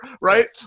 right